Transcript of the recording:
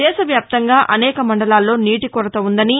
దేశ వ్యాప్తంగా అనేక మండలాల్లో నీటి కొరత ఉందని